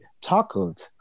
tackled